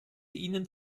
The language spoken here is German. ihnen